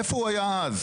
איפה הוא היה אז?